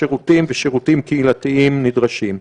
שירותים ושירותים קהילתיים נדרשים.